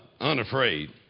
unafraid